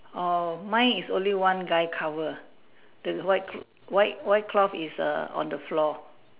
oh mine is only one guy cover the white white cloth is on the floor